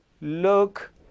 look